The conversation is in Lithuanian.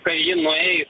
kai ji nueis